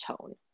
tone